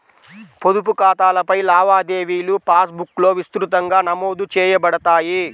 పొదుపు ఖాతాలపై లావాదేవీలుపాస్ బుక్లో విస్తృతంగా నమోదు చేయబడతాయి